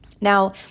now